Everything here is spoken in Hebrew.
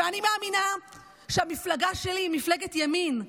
אני מאמינה שהמפלגה שלי היא מפלגת ימין,